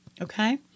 Okay